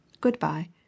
good-bye